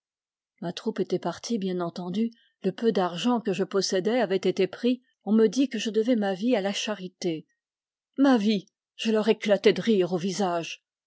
ma troupe était partie bien entendu le peu d'argent que je possédais avait été pris on me dit que je devais ma vie à la charité ma vie je leur éclatai de rire au visage